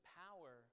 power